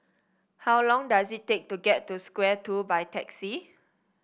how long does it take to get to Square Two by taxi